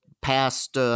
past